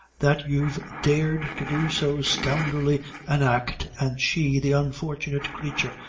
that you've dared to do so scoundrelly an act, an' she, the unfortunate creature,